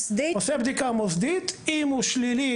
אם הוא שלילי,